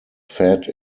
fed